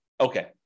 okay